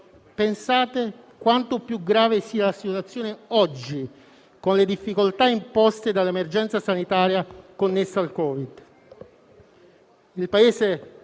Pensate quanto più grave sia la situazione oggi, con le difficoltà imposte dall'emergenza sanitaria connessa al Covid.